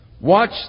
Watch